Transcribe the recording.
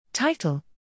Title